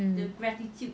um